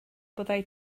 byddai